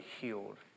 healed